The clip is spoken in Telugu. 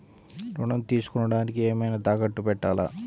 ఋణం తీసుకొనుటానికి ఏమైనా తాకట్టు పెట్టాలా?